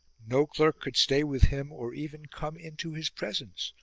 no clerk could stay with him, or even come into his presence,